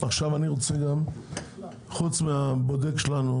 עכשיו אני רוצה גם חוץ מהבודק שלנו